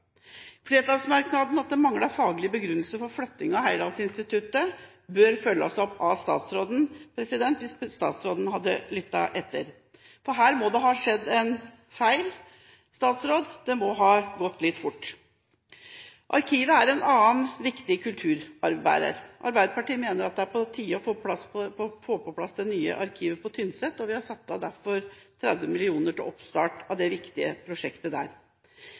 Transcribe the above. Flertallsmerknaden om at «det mangler en faglig begrunnelse» for flyttinga av Thor Heyerdahl-instituttet, burde blitt fulgt opp av statsråden – hvis statsråden hadde lyttet – for her må det ha skjedd en feil, det må ha gått litt fort. Arkiv er en annen viktig kulturarvbærer. Arbeiderpartiet mener at det er på tide å få på plass det nye arkivet på Tynset. Vi har derfor satt av 30 mill. kr til oppstart av dette viktige prosjektet.